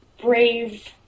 brave